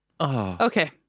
Okay